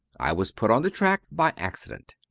i was put on the track by accident.